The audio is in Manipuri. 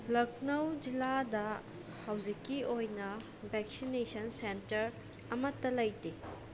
ꯂꯛꯅꯧ ꯖꯤꯂꯥꯗ ꯍꯧꯖꯤꯛꯀꯤ ꯑꯣꯏꯅ ꯚꯦꯛꯁꯤꯅꯦꯁꯟ ꯁꯦꯟꯇꯔ ꯑꯃꯇ ꯂꯩꯇꯦ